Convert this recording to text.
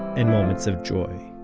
and moments of joy.